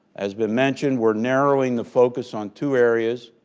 as been mentioned, we're narrowing the focus on two areas,